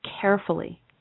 carefully